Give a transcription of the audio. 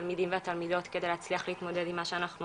התלמידים והתלמידות כדי להצליח להתמודד עם מה שאנחנו